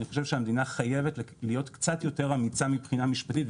אני חושב שהמדינה חייבת להיות קצת יותר אמיצה מבחינה משפטית,